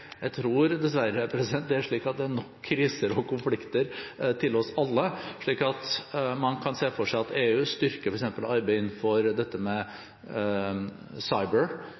Jeg tror dessverre det er nok kriser og konflikter til oss alle, slik at man kan se for seg at EU styrker f.eks. arbeidet innenfor dette med